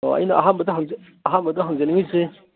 ꯑꯣ ꯑꯩꯅ ꯑꯍꯥꯟꯕꯗ ꯍꯪꯖꯅꯤꯡꯉꯤꯁꯦ